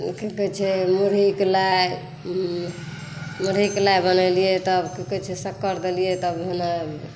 की कहै छै मुरही के लाइ मुरही के लाइ बनेलियै तब की कहै छै शक़्कर देलियै तब